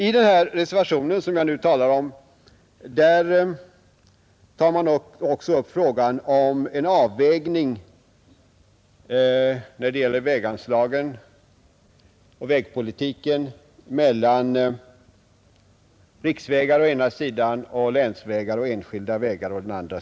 I den reservation som jag nu talar om tar man också upp frågan om en avvägning när det gäller väganslagen och vägpolitiken mellan riksvägar å ena sidan och länsvägar och enskilda vägar å den andra.